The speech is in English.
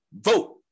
vote